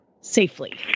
safely